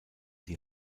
die